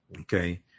Okay